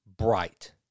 Bright